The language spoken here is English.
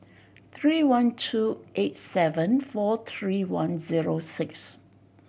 three one two eight seven four three one zero six